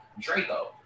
Draco